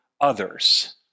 others